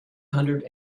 hundred